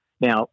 Now